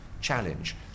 Challenge